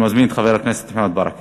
הצעות לסדר-היום שמספרן